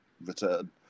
return